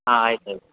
ಹಾಂ ಆಯ್ತು ಆಯ್ತು